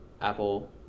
Apple